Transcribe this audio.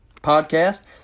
podcast